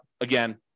again